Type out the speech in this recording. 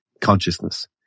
consciousness